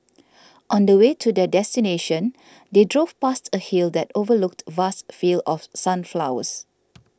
on the way to their destination they drove past a hill that overlooked vast fields of sunflowers